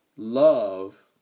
Love